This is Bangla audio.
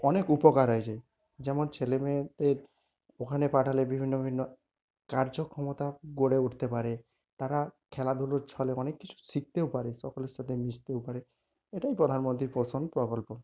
অনেক উপকার হয়েছে যেমন ছেলেমেয়েদের ওখানে পাঠালে বিভিন্ন বিভিন্ন কার্য ক্ষমতা গড়ে উঠতে পারে তারা খেলাধুলোর ছলে অনেক কিছু শিখতেও পারে সকলের সাথে মিশতেও পারে এটাই প্রধানমন্ত্রীর পোষণ প্রকল্প